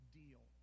deal